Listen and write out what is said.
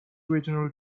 regional